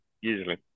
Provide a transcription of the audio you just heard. usually